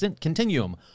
continuum